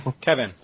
Kevin